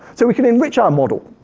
so we can enrich our model.